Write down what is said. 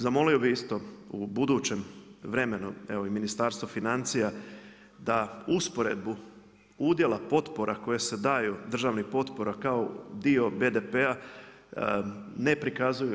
Zamolio bi isto u budućem vremenu evo i Ministarstvo financija da usporedbu udjela potpora koje se daju državnih potpora kao dio BDP-a ne prikazuju.